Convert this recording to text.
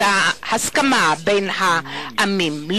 את ההסכמה בין העמים.